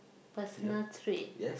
personal trait